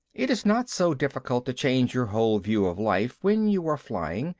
it is not so difficult to change your whole view of life when you are flying,